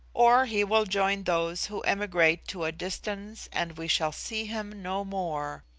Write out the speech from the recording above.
or he will join those who emigrate to a distance and we shall see him no more.